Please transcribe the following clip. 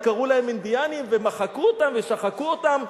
וקראו להם "אינדיאנים" ומחקו אותם ושחקו אותם,